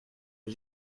les